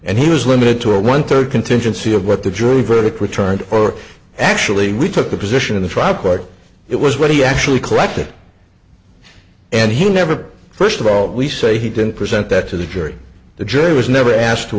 and he was limited to a one third contingency of what the jury verdict returned or actually we took a position in the trial court it was what he actually collected and he never first of all we say he didn't present that to the jury the jury was never asked to